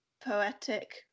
poetic